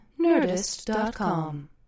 Nerdist.com